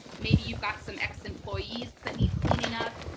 maybe you've got some ex-employees that need cleaning up.